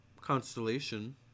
Constellation